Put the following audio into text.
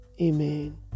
amen